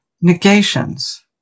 negations